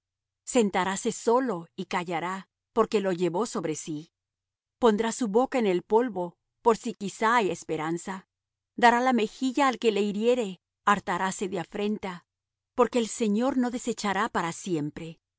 sentaráse solo y callará porque lo llevó sobre sí pondrá su boca en el polvo por si quizá hay esperanza dará la mejilla al que le hiriere hartaráse de afrenta porque el señor no desechará para siempre